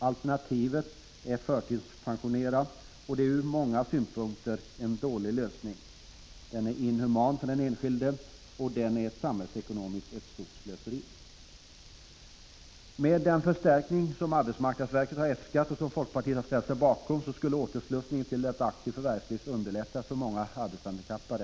Alternativet är att förtidspensionera, och det är ur många synpunkter en dålig lösning. Den är inhuman för den enskilde, och den innebär samhällsekonomiskt ett stort slöseri. Med den förstärkning som arbetsmarknadsverket har äskat och som folkpartiet har ställt sig bakom, skulle återslussningen till ett aktivt förvärvsliv underlättas för många arbetshandikappade.